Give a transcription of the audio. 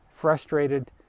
frustrated